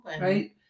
right